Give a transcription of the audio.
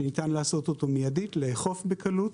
שניתן לעשות אותו מידית, לאכוף בקלות,